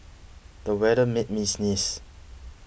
the weather made me sneeze